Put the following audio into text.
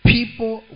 People